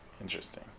interesting